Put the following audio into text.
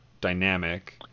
dynamic